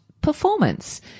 performance